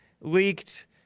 leaked